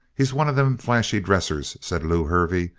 he's one of them flashy dressers, said lew hervey.